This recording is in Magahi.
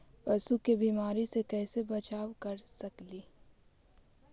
पशु के बीमारी से कैसे बचाब कर सेकेली?